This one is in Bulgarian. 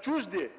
чужди